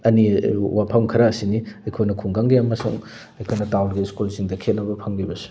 ꯑꯅꯤ ꯋꯥꯐꯝ ꯈꯔ ꯑꯁꯤꯅꯤ ꯑꯩꯈꯣꯏꯅ ꯈꯨꯡꯒꯪꯒꯤ ꯑꯃꯁꯨꯡ ꯑꯩꯈꯣꯏꯅ ꯇꯥꯎꯟꯒꯤ ꯁ꯭ꯀꯨꯜꯁꯤꯡꯗ ꯈꯦꯠꯅꯕ ꯐꯪꯂꯤꯕꯁꯦ